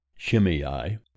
Shimei